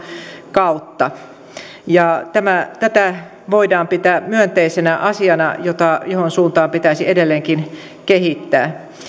kautta tätä voidaan pitää myönteisenä asiana ja siihen suuntaan pitäisi edelleenkin kehittää